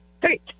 Great